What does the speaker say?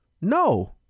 No